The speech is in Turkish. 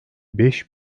beş